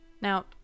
Now